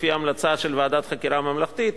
לפי ההמלצה של ועדת החקירה הממלכתית,